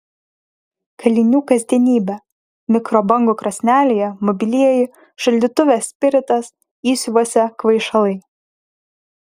kalinių kasdienybė mikrobangų krosnelėje mobilieji šaldytuve spiritas įsiuvuose kvaišalai